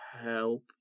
Help